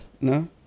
No